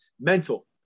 mental